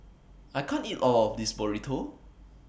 I can't eat All of This Burrito